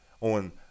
on